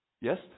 Yes